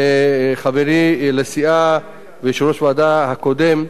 וחברי לסיעה ויושב-ראש הוועדה הקודם,